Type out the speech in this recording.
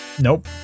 nope